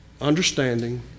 Understanding